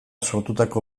sortutako